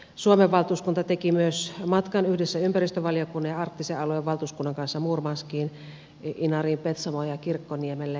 suomen valtuuskunta teki myös matkan yhdessä ympäristövaliokunnan ja arktisen alueen valtuuskunnan kanssa murmanskiin inariin petsamoon ja kirkkoniemelle